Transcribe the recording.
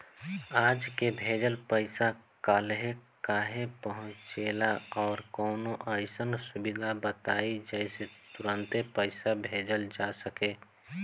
आज के भेजल पैसा कालहे काहे पहुचेला और कौनों अइसन सुविधा बताई जेसे तुरंते पैसा भेजल जा सके?